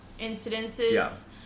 incidences